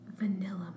Vanilla